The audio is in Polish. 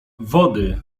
wody